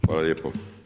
Hvala lijepo.